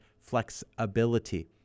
flexibility